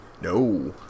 No